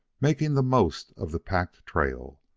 making the most of the packed trail.